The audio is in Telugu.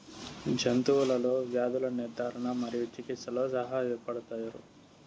జంతువులలో వ్యాధుల నిర్ధారణ మరియు చికిత్చలో సహాయపడుతారు